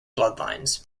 bloodlines